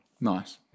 Nice